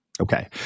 Okay